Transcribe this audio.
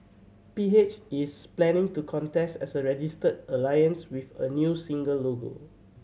P H is planning to contest as a registered alliance with a new single logo